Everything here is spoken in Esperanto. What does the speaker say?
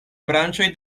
branĉoj